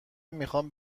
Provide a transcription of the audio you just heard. میخوام